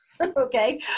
okay